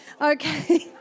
Okay